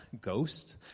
ghost